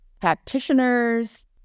practitioners